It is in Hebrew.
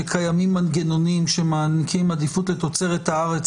שקיימים מנגנונים שמעניקים עדיפות לתוצרת הארץ,